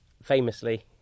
famously